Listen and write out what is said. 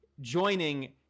joining